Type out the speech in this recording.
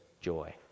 joy